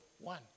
One